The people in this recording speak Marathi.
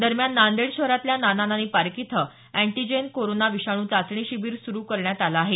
दरम्यान नांदेड शहरातल्या नाना नानी पार्क इथं अँटीजेन कोरोना विषाणू चाचणी शिबीर सुरु करण्यात आलं आहे